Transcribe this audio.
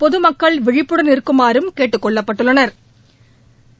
பொதுமக்கள் விழிப்புடன் இருக்குமாறும் கேட்டுக் கொள்ளப்பட்டுள்ளனா்